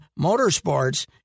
Motorsports